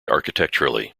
architecturally